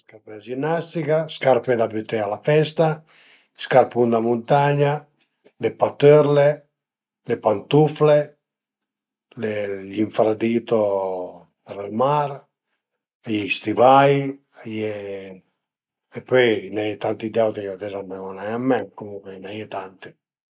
Le scarpe da ginnastica, scarpe da büté a la festa, scarpun da muntagna, le patërle, le pantufle, gli infradito për ël mar, a ie i stivai, a ie e pöi a i n'a ie tanti d'auti ch'ades a më ven-u nen ën ment, comuncue a i na ie tanti